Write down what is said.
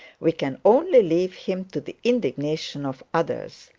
we can only leave him to the indignation of others.